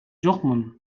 жокмун